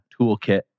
toolkit